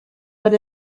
but